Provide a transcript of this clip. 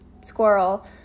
squirrel